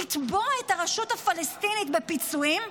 לתבוע את הרשות הפלסטינית בפיצויים,